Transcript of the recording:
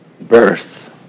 birth